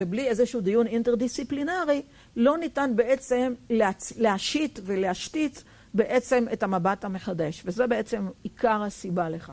ובלי איזשהו דיון אינטרדיסציפלינרי לא ניתן בעצם להשית ולהשתית בעצם את המבט המחדש, וזה בעצם עיקר הסיבה לכך.